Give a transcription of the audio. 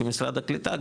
כמשרד הקליטה,